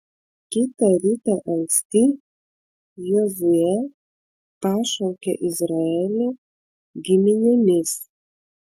kitą rytą anksti jozuė pašaukė izraelį giminėmis